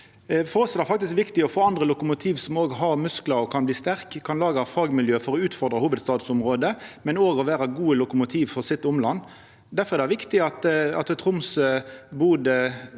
For oss er det faktisk viktig å få andre lokomotiv som òg har musklar og kan bli sterke – som kan laga fagmiljø for å utfordra hovudstadsområdet, men òg vera gode lokomotiv for sitt omland. Difor er det viktig at Tromsø, Bodø,